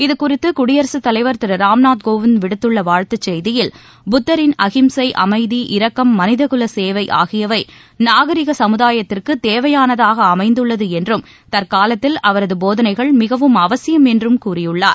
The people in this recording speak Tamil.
இதுகுறித்து குடியரசுத்தலைவர் திரு ராம்நாத் கோவிந்த் விடுத்துள்ள வாழ்த்துச் செய்தியில் புத்தரின் அஹிம்சை அமைதி இரக்கம் மனிதகுல சேவை ஆகியவை நாகரிக சமுதாயத்திற்கு தேவையானதாக அமைந்துள்ளது என்றும் தற்காலத்தில் அவரது போதனைகள் மிகவும் அவசியம் என்றும் கூறியுள்ளார்